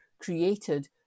created